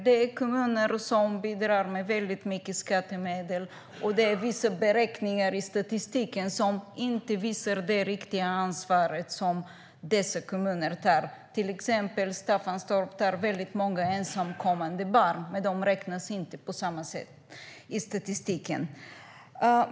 Det är kommuner som bidrar med väldigt mycket skattemedel, och det är vissa beräkningar i statistiken som inte visar det riktiga ansvar som dessa kommuner tar. Till exempel Staffanstorp tar emot väldigt många ensamkommande barn, men dessa räknas inte på samma sätt i statistiken.